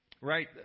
right